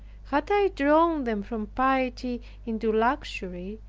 had i drawn them from piety into luxury,